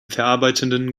verarbeitenden